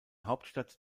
hauptstadt